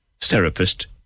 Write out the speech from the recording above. therapist